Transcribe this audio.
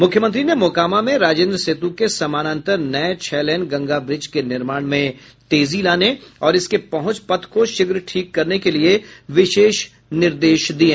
मुख्यमंत्री ने मोकामा में राजेन्द्र सेतु के समानांतर नये छह लेन गंगा ब्रिज के निर्माण में तेजी लाने और इसके पहुंच पथ को शीघ्र ठीक करने के लिए विशेष निर्देश दिये